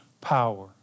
power